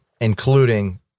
including